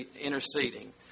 interceding